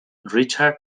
richard